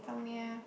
help me eh